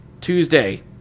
Tuesday